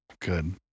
Good